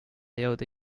jõuda